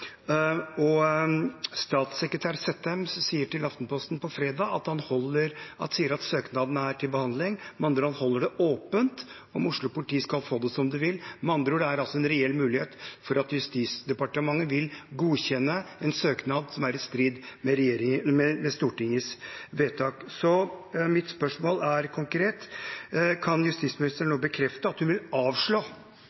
Statssekretær Sættem sier til Aftenposten på fredag at søknaden er til behandling. Med andre ord holder han det åpent om Oslo-politiet skal få det som de vil. Det er altså en reell mulighet for at Justisdepartementet vil godkjenne en søknad som er i strid med Stortingets vedtak. Mitt konkrete spørsmål er: Kan justisministeren